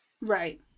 Right